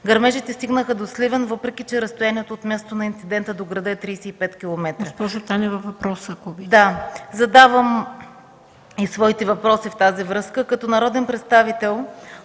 Гърмежите стигнаха до Сливен, въпреки че разстоянието от мястото на инцидента до града е 35 км.